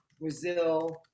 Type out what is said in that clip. Brazil